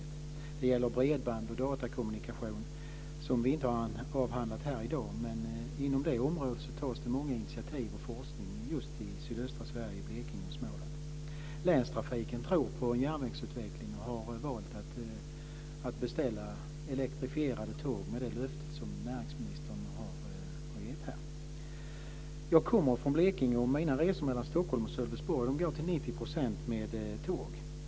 Och det gäller bredband och datakommunikation, som vi inte har avhandlat här i dag, men inom det området tas det många initiativ och det forskas just i sydöstra Sverige, i Blekinge och Småland. Länstrafiken tror på en järnvägsutveckling och har valt att beställa elektrifierade tåg i och med det löfte som näringsministern har gett här. Jag kommer från Blekinge, och mina resor mellan Stockholm och Sölvesborg går till 90 % med tåg.